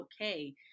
okay